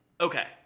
Okay